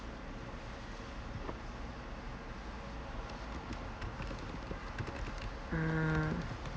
mm